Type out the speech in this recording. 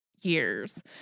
years